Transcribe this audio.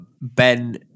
Ben